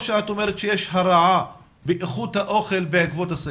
שאת אומרת שיש הרעה באיכות האוכל בעקבות הסגר?